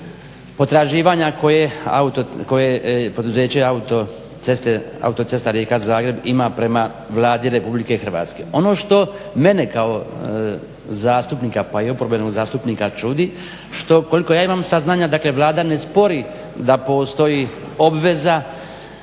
potraživanja koje poduzeće autocesta Rijeka-Zagreb prema Vladi RH. ono što mene kao zastupnika pa i oporbenog zastupnika čudi što, koliko ja imam saznanja, dakle Vlada ne spori da postoji obveza